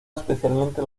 especialmente